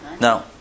No